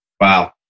wow